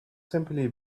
simply